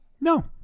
No